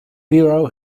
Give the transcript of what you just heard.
bureau